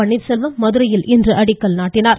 பன்னீர்செல்வம் மதுரையில் இன்று அடிக்கல் நாட்டினார்